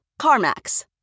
CarMax